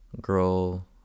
girl